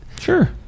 sure